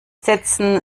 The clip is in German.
setzen